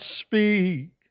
speak